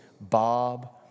Bob